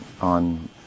on